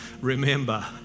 Remember